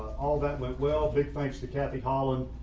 all that went well, big thanks to kathy holland,